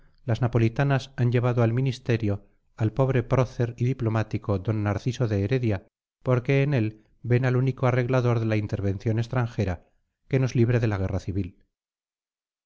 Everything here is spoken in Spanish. las napolitanas han llevado al ministerio al noble prócer y diplomático d narciso de heredia porque en él ven al único arreglador de la intervención extranjera que nos libre de la guerra civil